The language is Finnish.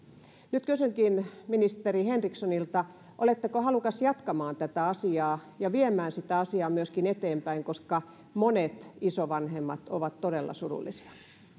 nyt kysynkin ministeri henrikssonilta oletteko halukas jatkamaan tätä asiaa ja viemään asiaa myöskin eteenpäin koska monet isovanhemmat ovat todella surullisia